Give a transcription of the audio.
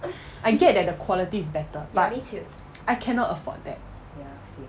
I get that the quality is better but I cannot afford that